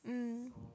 mm